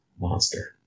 Monster